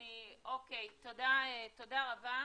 אוקי, תודה רבה.